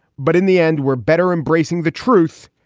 but in the end we're better embracing the truth,